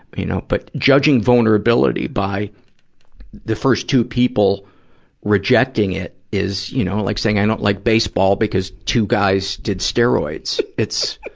you know but, judging vulnerability by the first two people rejecting it is, you know, like saying i don't like baseball because two guys did steroids. it's,